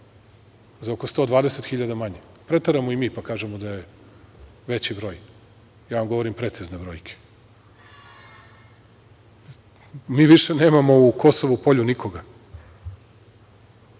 za oko 120.000 manje. Preteramo i mi, pa kažemo da je veći broj, ja vam govorim precizno brojke. Mi više nemamo u Kosovu Polju nikoga.